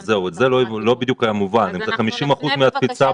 זה לא בדיוק היה מובן אם זה 50% מהתפוסה